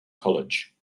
college